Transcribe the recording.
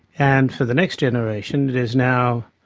and for the next generation it is now,